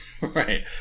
Right